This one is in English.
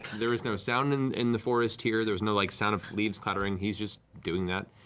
there is no sound and in the forest here. there is no like sound of leaves clattering. he's just doing that.